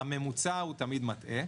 הממוצע תמיד מטעה.